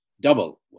double